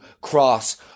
cross